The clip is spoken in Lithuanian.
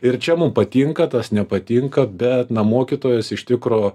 ir čia mum patinka tas nepatinka bet na mokytojas iš tikro